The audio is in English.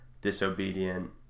disobedient